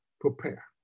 prepare